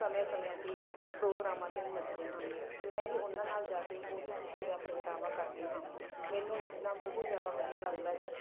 ਸਮਿਆਂ ਸਮਿਆਂ 'ਤੇ ਪ੍ਰੋਗਰਾਮਾਂ 'ਤੇ ਨੱਚਦੇ ਹਨ ਮੈਂ ਵੀ ਉਹਨਾਂ ਨਾਲ ਜਾ ਕੇ ਉਹੀ ਖੁਸ਼ੀ ਦਾ ਪ੍ਰਗਟਾਵਾ ਕਰਦੀ ਹਾਂ ਮੈਨੂੰ ਨੱਚਣਾ ਬਹੁਤ ਜ਼ਿਆਦਾ ਵਧੀਆ ਲੱਗਦਾ ਹੈ